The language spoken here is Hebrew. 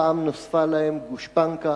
הפעם נוספה להם גושפנקה